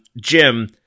Jim